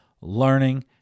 learning